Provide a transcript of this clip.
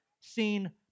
seen